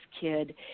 kid